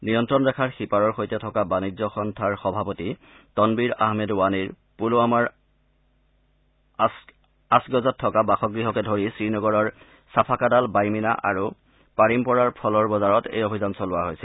নিয়ন্ত্ৰণ ৰেখাৰ সীপাৰৰ সৈতে থকা বাণিজ্য সন্থাৰ সভাপতি তনবীৰ আহমেদ ৱানিৰ পুলৱামাৰ আছগ্জাত থকা বাসগ্হকে ধৰি শ্ৰীনগৰৰ ছাফাকাডাল বাইমিনা আৰু পাৰিমপ'ৰাৰ ফলৰ বজাৰত এই অভিযান চলোৱা হৈছিল